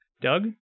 Doug